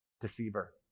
Deceiver